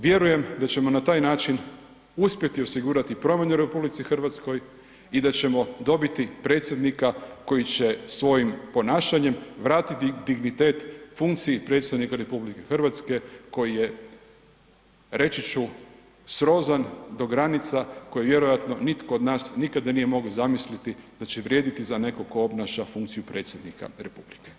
Vjerujem da ćemo na taj način uspjeti osigurati promijene u RH i da ćemo dobiti predsjednika koji će svojim ponašanjem vratiti dignitet funkciji predsjednika RH koji je, reći ću, srozan do granica koje vjerojatno nitko od nas nikada nije mogao zamisliti da će vrijediti za nekog tko obnaša funkciju predsjednika republike.